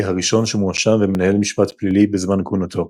הראשון שמואשם ומנהל משפט פלילי בזמן כהונתו.